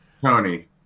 Tony